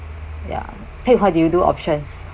ya Pei Hwa do you do options